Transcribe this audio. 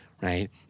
Right